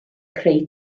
creu